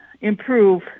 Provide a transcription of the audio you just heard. improve